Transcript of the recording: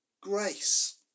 grace